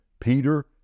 Peter